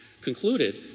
concluded